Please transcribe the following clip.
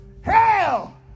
hell